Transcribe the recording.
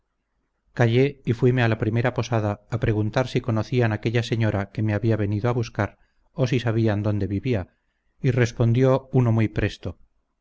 callé y fuime a la primera posada a preguntar si conocían aquella señora que me había venido a buscar o si sabían dónde vivía y respondionle uno muy presto